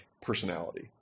personality